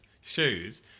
shoes